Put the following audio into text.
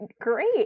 great